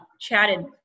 chatted